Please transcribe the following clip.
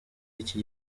iki